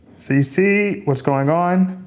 see see what's going on.